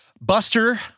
Buster